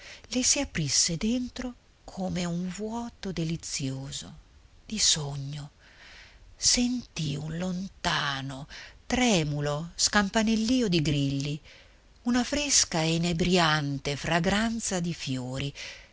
le si aprisse dentro come un vuoto delizioso di sogno sentì un lontano tremulo scampanellio di grilli una fresca inebriante fragranza di fiori